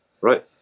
right